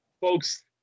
folks